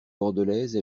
bordelaise